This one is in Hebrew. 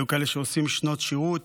היו כאלה שעושים שנות שירות,